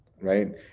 right